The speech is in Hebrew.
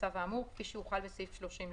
לצו האמור כפי שהוחל בסעיף 30,